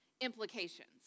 implications